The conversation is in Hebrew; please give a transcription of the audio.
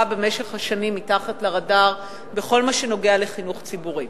במשך השנים מתחת לרדאר בכל מה שנוגע לחינוך ציבורי.